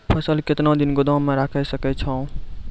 फसल केतना दिन गोदाम मे राखै सकै छौ?